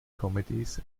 comedies